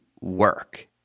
work